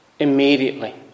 Immediately